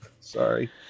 Sorry